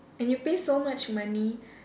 and you pay so much money